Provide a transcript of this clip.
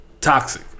toxic